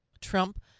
Trump